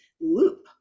loop